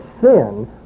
sin